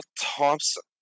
Thompson